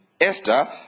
Esther